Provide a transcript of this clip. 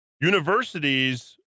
universities